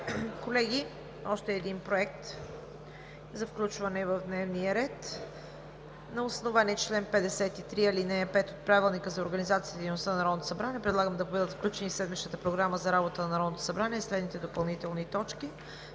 Колеги, още проекти за включване в дневния ред на основание чл. 53, ал. 5 от Правилника за организацията и дейността на Народното събрание. Предлагам да бъдат включени в Програмата за работа на Народното събрание следните допълнителни точки: